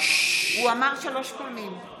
הוא אמר שלוש פעמים.